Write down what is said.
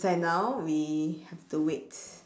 so now we have to wait